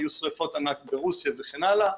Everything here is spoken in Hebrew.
היו שריפות ענק ברוסיה וכן הלאה.